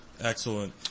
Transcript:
Excellent